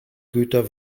güter